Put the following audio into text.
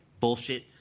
bullshit